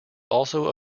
also